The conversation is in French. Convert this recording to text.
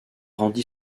rendit